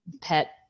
pet